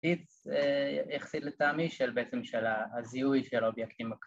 ‫היא יחסית לטעמי של בעצם ‫הזיהוי של אובייקטים.